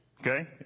Okay